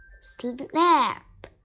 snap